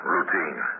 Routine